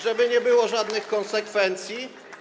żeby nie było żadnych konsekwencji?